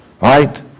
Right